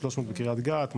300 קריית גת,